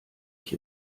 ich